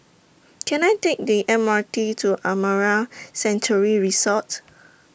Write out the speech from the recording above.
Can I Take The M R T to Amara Sanctuary Resort